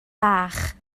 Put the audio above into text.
bach